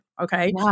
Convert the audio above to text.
Okay